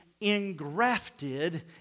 engrafted